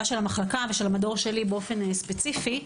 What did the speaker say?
המחלקה ושל המדור שלי באופן ספציפי: